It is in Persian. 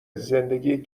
زندگی